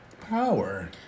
power